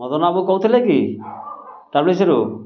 ମଦନ ବାବୁ କହୁଥିଲେ କି ଟ୍ରାଭେଲସ୍ରୁ